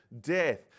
death